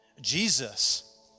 Jesus